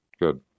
Good